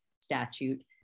statute